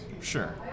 Sure